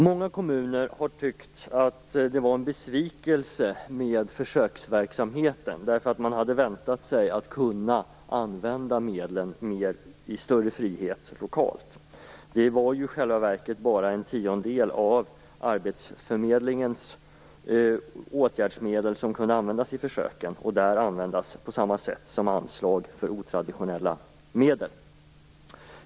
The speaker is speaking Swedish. Många kommuner har tyckt att det var en besvikelse med försöksverksamheten, därför att man hade väntat sig att kunna använda medlen i större frihet lokalt. Det var i själva verket bara en tiondel av arbetsförmedlingens åtgärdsmedel som kunde användas i försöken och användas på samma sätt som anslag för otraditionella medel.